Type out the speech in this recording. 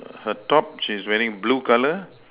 her top she's wearing blue colour